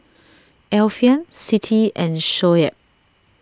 Alfian Siti and Shoaib